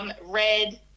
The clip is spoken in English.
red